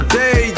day